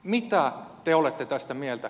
mitä te olette tästä mieltä